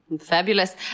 Fabulous